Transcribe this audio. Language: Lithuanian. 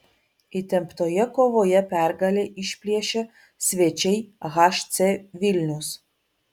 įtemptoje kovoje pergalę išplėšė svečiai hc vilnius